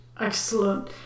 Excellent